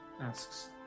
asks